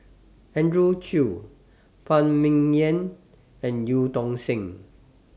Andrew Chew Phan Ming Yen and EU Tong Sen